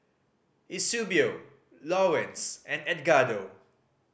Eusebio Lawerence and Edgardo